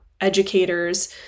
educators